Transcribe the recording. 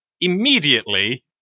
immediately